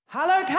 Hello